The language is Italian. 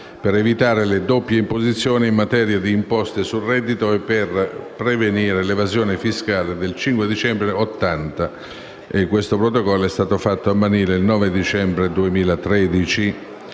per evitare le doppie imposizioni in materia di imposte sul reddito e per prevenire l'evasione fiscale, del 5 dicembre 1980, fatto a Manila il 9 dicembre 2013.